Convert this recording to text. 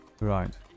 right